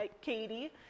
Katie